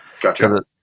Gotcha